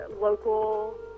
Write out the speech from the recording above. local